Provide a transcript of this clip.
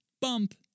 bump